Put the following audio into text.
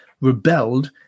rebelled